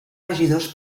regidors